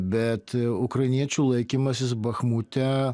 bet ukrainiečių laikymasis bachmute